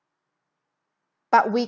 but we